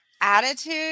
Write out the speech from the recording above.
attitude